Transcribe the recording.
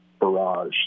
barrage